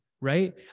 right